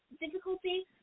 Difficulty